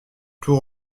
tout